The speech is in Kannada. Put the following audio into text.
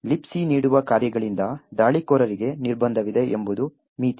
Libc ನೀಡುವ ಕಾರ್ಯಗಳಿಂದ ದಾಳಿಕೋರರಿಗೆ ನಿರ್ಬಂಧವಿದೆ ಎಂಬುದು ಮಿತಿ